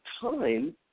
time